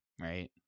right